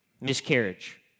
miscarriage